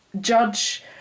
judge